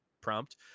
prompt